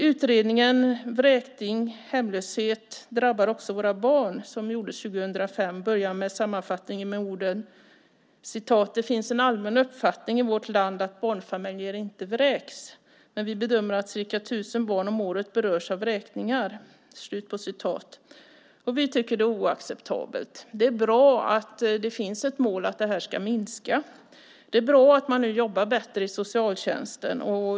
Utredningen Vräkning och hemlöshet - drabbar också barn , som gjordes 2005, börjar sammanfattningen med orden: Det finns en allmän uppfattning i vårt land att barnfamiljer inte vräks, men vi bedömer att ca 1 000 barn om året berörs av vräkningar. Vi tycker att det är oacceptabelt. Det är bra att det finns ett mål om att det här ska minska. Det är bra att man nu jobbar bättre i socialtjänsten.